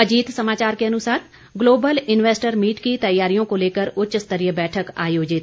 अजीत समाचार के अनुसार ग्लोबल इन्वेस्टर मीट की तैयारियों को लेकर उच्च स्तरीय बैठक आयोजित